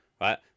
right